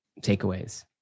takeaways